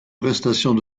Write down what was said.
prestations